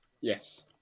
yes